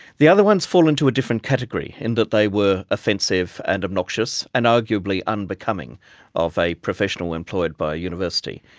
the other ones fall into a different category in that they were offensive and obnoxious and arguably unbecoming of a professional employed by university.